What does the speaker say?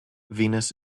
venus